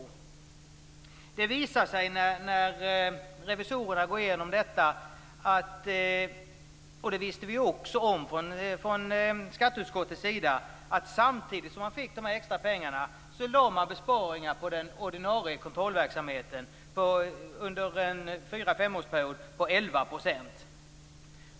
När revisorerna går igenom detta visar det sig - det visste vi också om från skatteutskottets sida - att samtidigt som de fick dessa extra pengar lades besparingar på den ordinarie kontrollverksamheten under en fyra-femårsperiod på 11 %.